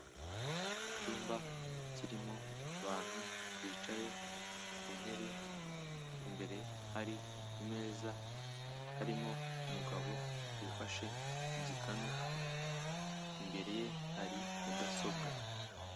Icyumba kirimo abantu bicaye ku ntebe, imbere hari imeza harimo umugabo wifashe ku gikanu imbere ye hari mudasobwa.